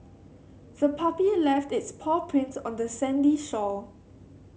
the puppy left its paw prints on the sandy shore